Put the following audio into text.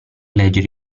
leggere